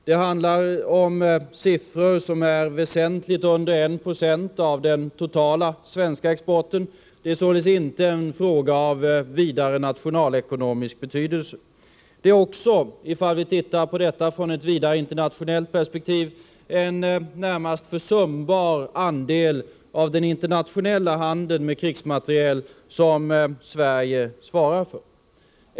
Det handlar om siffror som motsvarar väsentligt mindre än 1 26 av den totala svenska exporten. Det är således inte en fråga av vidare nationalekonomisk betydelse. Om vi ser på frågan i ett internationellt perspektiv, finner vi att Sverige svarar för en närmast försumbar andel av den internationella handeln med krigsmateriel.